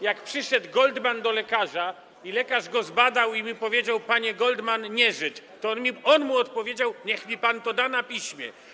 Jak przyszedł Goldman do lekarza i lekarz go zbadał i mu powiedział: „Panie Goldman, nieżyt”, to on mu odpowiedział: „Niech mi pan to da na piśmie”